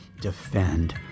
defend